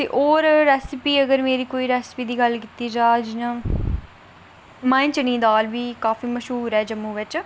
ते और रेसिपी मेरी अगर कोई रेसिपी दी गल्ल कीती जा जि'यां माहें चने दी दाल बी मश्हूर है जम्मू बिच